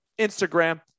Instagram